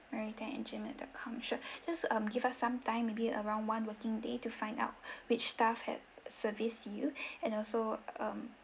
mary Tan at gmail dot com sure just um give us some time maybe around one working day to find out which staff had serviced you and also um